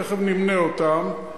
תיכף נמנה אותן,